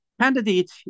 candidate